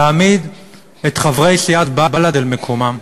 להעמיד את חברי סיעת בל"ד על מקומם.